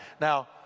Now